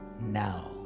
now